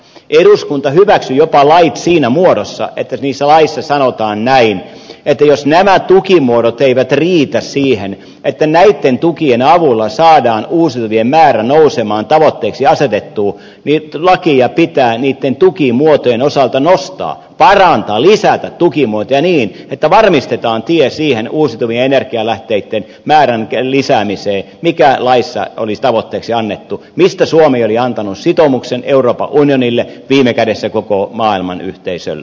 eduskunta hyväksyi jopa lait siinä muodossa että niissä laeissa sanotaan näin että jos nämä tukimuodot eivät riitä siihen että näitten tukien avulla saadaan uusiutuvien määrä nousemaan tavoitteeksi asetettuun niin lakia pitää niitten tukimuotojen osalta parantaa lisätä tukimuotoja niin että varmistetaan tie siihen uusiutuvien energialähteitten määrän lisäämiseen mikä laissa oli tavoitteeksi annettu mistä suomi oli antanut sitoumuksen euroopan unionille viime kädessä koko maailman yhteisölle